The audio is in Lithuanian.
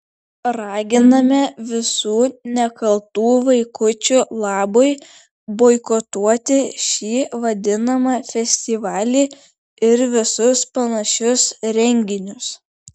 raginame visų nekaltų vaikučių labui boikotuoti šį vadinamą festivalį ir visus panašius renginius